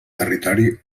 territori